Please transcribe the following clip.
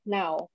now